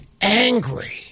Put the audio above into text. angry